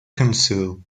council